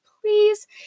please